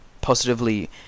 positively